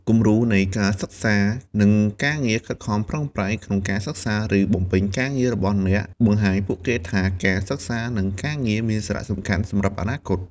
គំរូនៃការសិក្សា និងការងារខិតខំប្រឹងប្រែង ក្នុងការសិក្សា ឬបំពេញការងាររបស់អ្នក បង្ហាញពួកគេថាការសិក្សា និងការងារមានសារៈសំខាន់សម្រាប់អនាគត ។